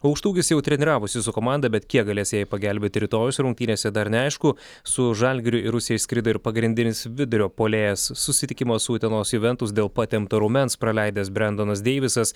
aukštaūgis jau treniravosi su komanda bet kiek galės jai pagelbėti rytojaus rungtynėse dar neaišku su žalgiriu į rusija išskrido ir pagrindinis vidurio puolėjas susitikimą su utenos juventus dėl patempto raumens praleidęs brendonas deivisas